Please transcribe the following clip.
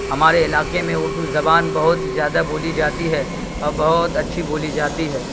ہمارے علاقے میں اردو زبان بہت زیادہ بولی جاتی ہے اور بہت اچھی بولی جاتی ہے